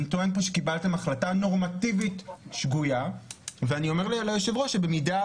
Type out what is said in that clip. אני טוען שקיבלתם החלטה נורמטיבית שגויה ואני אומר ליו"ר שבמידה